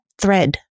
thread